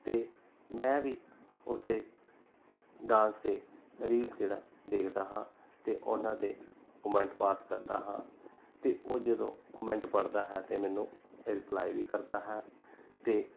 ਅਤੇ ਮੈਂ ਵੀ ਉਸ ਦੇ ਡਾਂਸ ਅਤੇ ਰੀਲਸ ਜਿਹੜਾ ਦੇਖਦਾ ਹਾਂ ਅਤੇ ਉਹਨਾਂ 'ਤੇ ਕਮੈਂਟ ਪਾਸ ਕਰਦਾ ਹਾਂ ਅਤੇ ਉਹ ਜਦੋਂ ਕਮੈਂਟ ਪੜ੍ਹਦਾ ਹੈ ਤਾਂ ਮੈਨੂੰ ਰਿਪਲਾਈ ਵੀ ਕਰਦਾ ਹੈ ਅਤੇ